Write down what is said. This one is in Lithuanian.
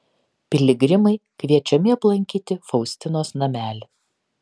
piligrimai kviečiami aplankyti faustinos namelį